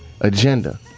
agenda